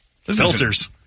filters